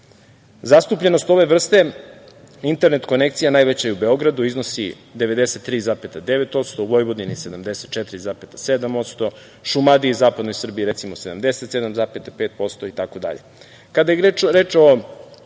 godinu. Zastupljenost ove vrste internet konekcije najveća je u Beogradu, iznosi 93,9%, u Vojvodini 74,7%, Šumadiji i Zapadnoj Srbiji recimo 77,5% itd.